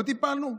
לא טיפלנו?